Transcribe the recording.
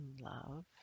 love